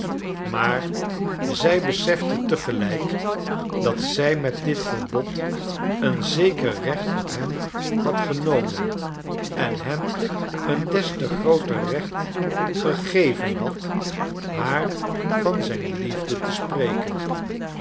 maar zij besefte tegelijk dat zij met dit verbod een zeker recht op hem had genomen en hem een des te grooter recht gegeven had haar van zijn liefde te spreken